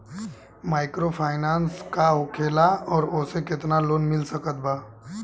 Microfinance का होखेला और ओसे केतना लोन मिल सकत बा?